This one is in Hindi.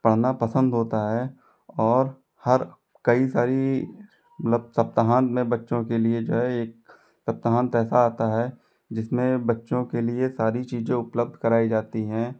पढ़ना पसंद होता है और हर कई सारी मतलब सप्ताहांत में बच्चों के लिए जो है एक सप्ताहांत ऐसा आता है जिसमें बच्चों के लिए सारी चीज़ें उपलब्ध कराई जाती हैं